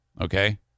Okay